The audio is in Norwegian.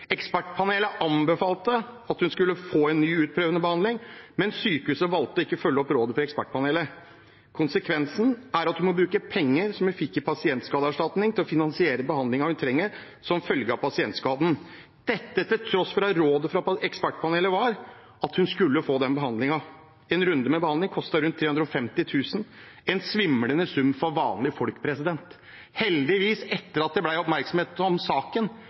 Ekspertpanelet anbefalte at hun skulle få en ny, utprøvende behandling, men sykehuset valgte å ikke følge opp rådet fra Ekspertpanelet. Konsekvensen er at hun må bruke penger som hun fikk i pasientskadeerstatning, til å finansiere behandlingen hun trenger som følge av pasientskaden – dette til tross for at rådet fra Ekspertpanelet var at hun skulle få den behandlingen. En runde med behandling koster rundt 350 000 kr, en svimlende sum for vanlige folk. Heldigvis fikk Line etter at det ble oppmerksomhet om saken,